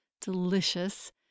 delicious